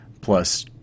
plus